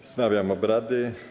Wznawiam obrady.